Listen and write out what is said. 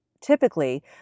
Typically